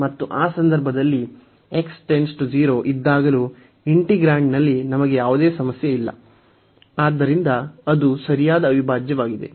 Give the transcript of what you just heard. ಮತ್ತು ಆ ಸಂದರ್ಭದಲ್ಲಿ ಇದ್ದಾಗಲೂ ಇಂಟಿಗ್ರಾಂಡ್ನಲ್ಲಿ ನಮಗೆ ಯಾವುದೇ ಸಮಸ್ಯೆ ಇಲ್ಲ ಆದ್ದರಿಂದ ಇದು ಸರಿಯಾದ ಅವಿಭಾಜ್ಯವಾಗಿದೆ